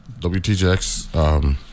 WTJX